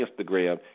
Instagram